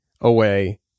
away